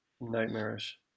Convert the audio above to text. nightmarish